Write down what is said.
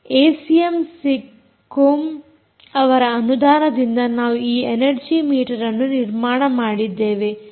ACM SIGCOMM ಅವರ ಅನುದಾನದಿಂದ ನಾವು ಈ ಎನರ್ಜೀ ಮೀಟರ್ಅನ್ನು ನಿರ್ಮಾಣ ಮಾಡಿದ್ದೇವೆ